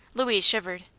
louise shivered.